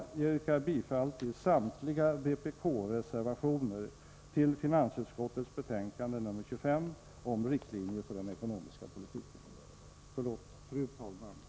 Jag yrkar bifall till samtliga vpk-reservationer till finansutskottets betänkande nr 25 om riktlinjer för den ekonomiska politiken.